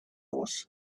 was